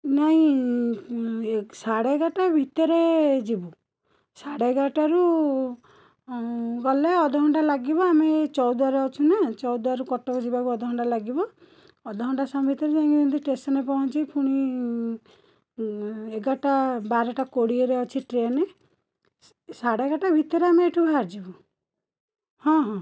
ନାହିଁ ସାଡ଼େଏଗାରଟା ଭିତରେ ଯିବୁ ସାଡ଼େଏଗାରଟାରୁ ଗଲେ ଅଧଘଣ୍ଟା ଲାଗିବ ଆମେ ଏଇ ଚୌଦ୍ଵାରରେ ଅଛୁ ନା ଚୌଦ୍ଵାରରୁ କଟକ ଯିବାକୁ ଅଧଘଣ୍ଟା ଲାଗିବ ଅଧଘଣ୍ଟା ସମୟ ଭିତରେ ଯାଇକି ଯେମିତି ଷ୍ଟେସନ ରେ ପହଁଞ୍ଚିକି ଫୁଣି ଏଗାରଟା ବାରଟା କୋଡ଼ିଏରେ ଅଛି ଟ୍ରେନ୍ ସାଡ଼େଏଗାରଟା ଭିତରେ ଆମେ ଏଇଠୁ ବାହାରି ଯିବୁ ହଁ ହଁ